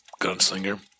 Gunslinger